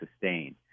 sustain